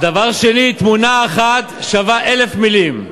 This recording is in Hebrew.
דבר שני, תמונה אחת שווה אלף מילים.